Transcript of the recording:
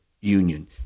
union